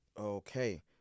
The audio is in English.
Okay